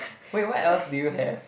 wait what else do you have